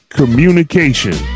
communication